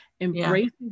embracing